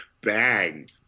Bang